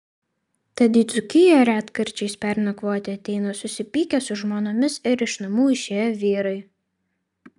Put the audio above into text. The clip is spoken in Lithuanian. tad į dzūkiją retkarčiais pernakvoti ateina susipykę su žmonomis ir iš namų išėję vyrai